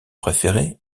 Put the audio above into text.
préféré